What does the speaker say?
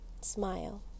Smile